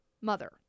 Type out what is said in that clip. mother